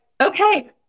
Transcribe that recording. okay